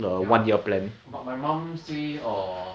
ya but my mum say err